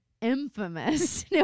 infamous